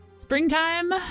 Springtime